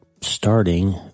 starting